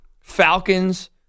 Falcons